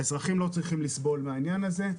האזרחים לא צריכים לסבול מהעניין הזה.